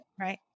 right